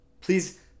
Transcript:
Please